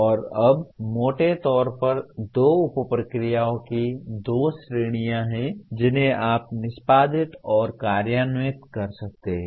और अब मोटे तौर पर दो उप प्रक्रियाओं की दो श्रेणियां हैं जिन्हें आप निष्पादित और कार्यान्वित कर सकते हैं